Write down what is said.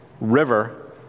river